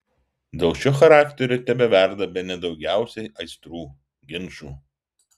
dėl šio charakterio tebeverda bene daugiausiai aistrų ginčų